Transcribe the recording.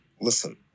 listen